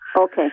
Okay